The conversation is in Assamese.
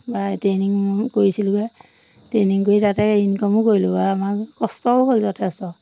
বা ট্ৰেইনিং কৰিছিলোঁগৈ ট্ৰেইনিং কৰি তাতে ইনকমো কৰিলোঁ বা আমাৰ কষ্টও হ'ল যথেষ্ট